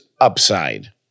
UPSIDE